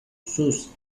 sus